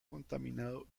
contaminado